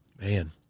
man